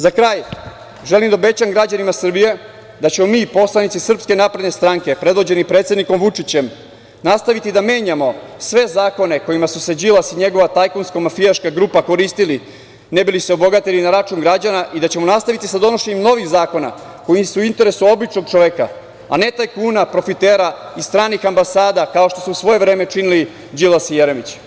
Za kraj, želim da obećam građanima Srbije da ćemo mi, poslanici SNS, a predvođeni predsednikom Vučićem, nastaviti da menjamo sve zakone kojima su se Đilas i njegova tajkunsko-mafijaška grupa koristili ne bi li se obogatili na račun građana i da ćemo nastaviti sa donošenjem novih zakona koji su u interesu običnog čoveka, a ne tajkuna, profitera i stranih ambasada, kao što su u svoje vreme činili Đilas i Jeremić.